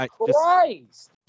Christ